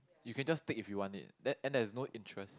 you can just take if you want it then and there's no interest